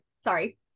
sorry